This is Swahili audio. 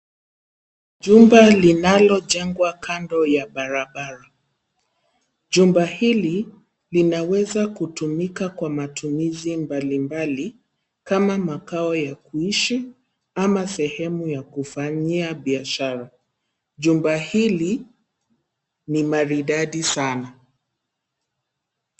Jumba linalojengwa kando ya barabara. Jumba hili linaweza kutumika kwa matumizi mbalimbali, kama makao ya kuishi, ama sehemu ya kufanyia biashara. Jumba hili ni maridadi sana.